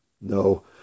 no